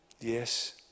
Yes